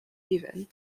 even